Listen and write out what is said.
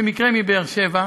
במקרה מבאר-שבע,